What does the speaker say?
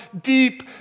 deep